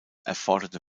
erforderte